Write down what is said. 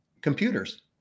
computers